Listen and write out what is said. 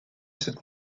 cette